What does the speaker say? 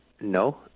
No